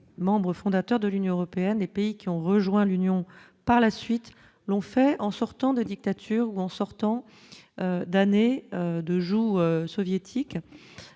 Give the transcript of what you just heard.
membre fondateur de l'Union européenne, les pays qui ont rejoint l'Union par la suite l'ont fait en sortant de dictature ou en sortant d'années de joug soviétique